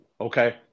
Okay